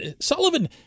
Sullivan